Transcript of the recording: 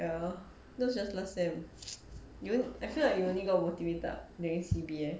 ya not just last sem you ev~ I feel like you only got motivated during C_B eh